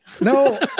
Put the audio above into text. No